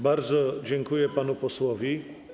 Bardzo dziękuję panu posłowi.